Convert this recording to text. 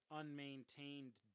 unmaintained